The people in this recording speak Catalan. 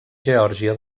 geòrgia